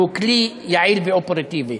והוא כלי יעיל ואופרטיבי.